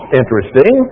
interesting